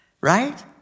right